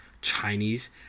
Chinese